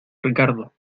ricardo